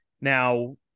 Now